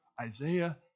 Isaiah